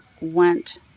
went